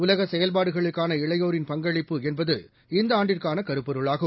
உலகசெயல்பாடுகளுக்கான இளையோரின் பங்களிப்பு என்பது இந்தஆண்டுக்கானகருப்பொருளாகும்